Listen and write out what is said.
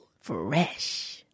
fresh